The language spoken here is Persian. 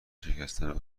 شکستن